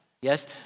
Yes